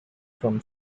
from